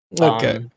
Okay